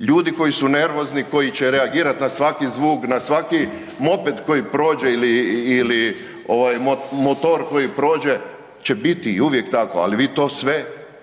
Ljudi koji su nervozni, koji će reagirat na svaki zvuk, na svaki moped koji prođe ili, ili ovaj motor koji prođe će biti i uvijek tako, al vi to sve,